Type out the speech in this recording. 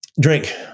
drink